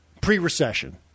pre-recession